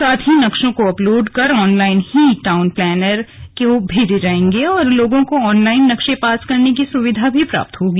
साथ ही नक्शों को अपलोड कर ऑनलाइन ही टाउन प्लानर को भेजे जायेंगे और लोगों को ऑनलाइन नक्शे पास करने की सुविधा भी प्राप्त होगी